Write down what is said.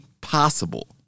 possible